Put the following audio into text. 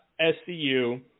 SCU